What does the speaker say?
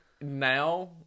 now